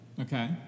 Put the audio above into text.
Okay